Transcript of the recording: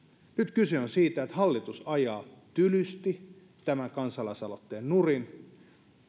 kyse on siitä että hallitus ajaa tylysti tämän kansalaisaloitteen nurin